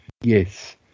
yes